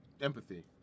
empathy